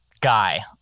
guy